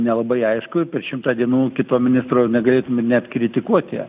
nelabai aišku per šimtą dienų kito ministro negalėtume net kritikuoti